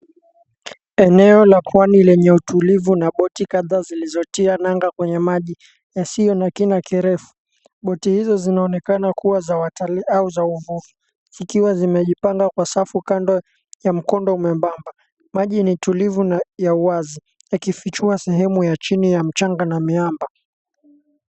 Eneo la pwani lenye utulivu na boti kadhaa zilizotia nanga kwenye maji yasio na kina kirefu, boti hizo zinaonekana kuwa za watalii au za uvuvi zikiwa zimejipanga kwa safu kando ya mkondo mwembamba, maji ni ya utulivu na uwazi yakifichuwa sehemu ya chini na miamba.